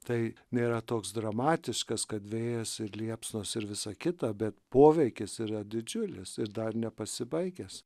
tai nėra toks dramatiškas kad vėjas ir liepsnos ir visa kita bet poveikis yra didžiulis ir dar nepasibaigęs